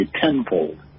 tenfold